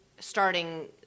starting